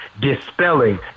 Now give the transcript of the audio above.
dispelling